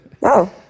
Wow